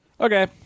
Okay